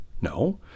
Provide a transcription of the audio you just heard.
No